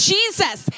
Jesus